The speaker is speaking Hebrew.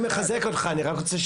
מחזק אותך.